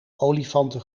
olifanten